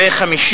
ו-50